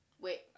Wait